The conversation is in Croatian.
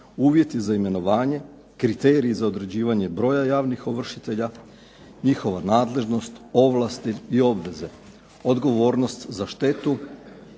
uvjeti za imenovanje, kriteriji za određivanje broja javnih ovršitelja, njihova nadležnost, ovlasti i obveze, odgovornost za štetu,